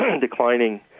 declining